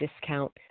discount